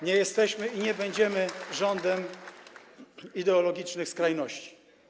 Nie jesteśmy i nie będziemy rządem ideologicznych skrajności.